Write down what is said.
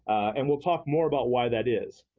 and we'll talk more about why that is.